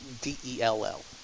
D-E-L-L